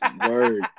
Word